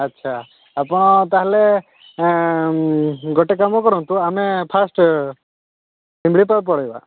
ଆଚ୍ଛା ଆପଣ ତାହେଲେ ଗୋଟେ କାମ କରନ୍ତୁ ଆମେ ଫାଷ୍ଟ୍ ଶିମିଳିପାଳ ପଳାଇବା